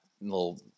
little